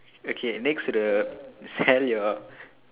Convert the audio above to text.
okay next to the sell your